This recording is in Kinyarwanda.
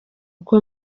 uko